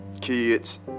kids